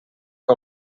que